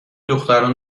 دختران